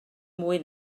mwy